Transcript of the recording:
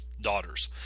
daughters